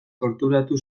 torturatu